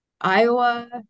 Iowa